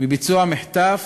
ממחטף